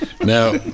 Now